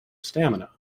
stamina